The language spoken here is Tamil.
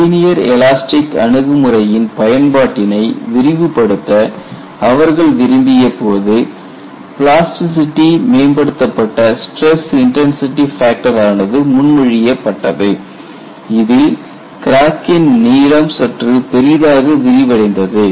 லீனியர் எலாஸ்டிக் அணுகுமுறையின் பயன்பாட்டினை விரிவுபடுத்த அவர்கள் விரும்பியபோது பிளாஸ்டிசிட்டி மேம்படுத்தப்பட்ட ஸ்டிரஸ் இன்டன்சிடி ஃபேக்டர் ஆனது முன்மொழியப்பட்டது இதில் கிராக்கின் நீளம் சற்று பெரிதாக விரிவடைந்தது